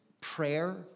prayer